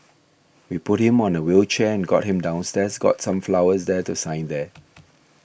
we put him on a wheelchair and got him downstairs got some flowers there to sign there